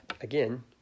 again